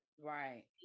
Right